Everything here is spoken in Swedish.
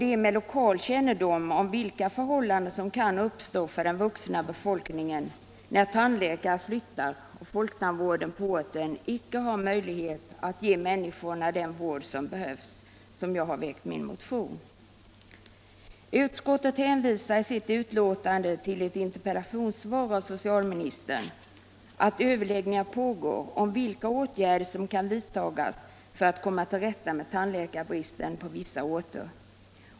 Det är med utgångspunkt i lokal kännedom om vilka förhållanden som kan uppstå för den vuxna befolkningen när tandläkare flyttar och folktandvården på orten icke har möjlighet att ge människorna den vård som behövs som jag har väckt min motion. Utskottet hänvisar i sitt betänkande till ett interpellationssvar av socialministern, där han nämner att överläggningar pågår om vilka åtgärder som kan vidtas för att man skall komma till rätta med tandläkarbristen på vissa orter.